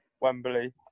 Wembley